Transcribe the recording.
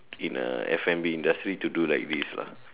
in a F&B industry to do this